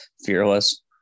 fearless